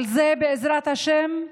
על זה, בעזרת השם,